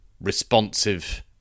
responsive